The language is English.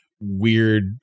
weird